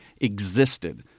existed